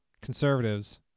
conservatives